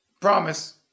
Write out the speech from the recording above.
promise